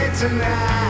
tonight